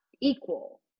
equal